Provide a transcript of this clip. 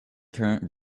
current